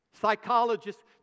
Psychologists